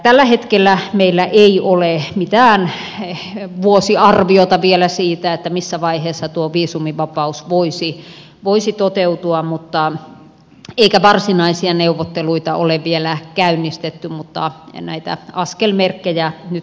tällä hetkellä meillä ei ole mitään vuosiarviota vielä siitä missä vaiheessa tuo viisumivapaus voisi toteutua eikä varsinaisia neuvotteluita ole vielä käynnistetty mutta näitä askelmerkkejä nyt parhaillaan seuraillaan